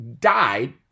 died